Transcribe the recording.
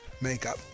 makeup